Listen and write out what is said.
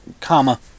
comma